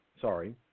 sorry